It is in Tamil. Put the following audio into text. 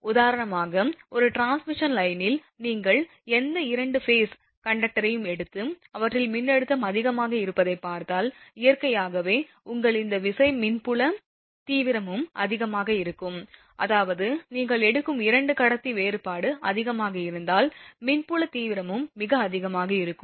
உதாரணமாக ஒரு டிரான்ஸ்மிஷன் லைனில் நீங்கள் எந்த 2 ஃபேஸ் கண்டக்டரையும் எடுத்து அவற்றில் மின்னழுத்தம் அதிகமாக இருப்பதை பார்த்தால் இயற்கையாகவே உங்கள் இந்த விசை மின் புல தீவிரமும் அதிகமாக இருக்கும் அதாவது நீங்கள் எடுக்கும் 2 கடத்தி வேறுபாடு அதிகமாக இருந்தால் மின் புல தீவிரமும் மிக அதிகமாக இருக்கும்